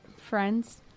friends